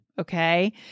Okay